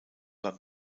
beim